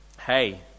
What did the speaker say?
hey